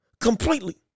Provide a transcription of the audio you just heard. completely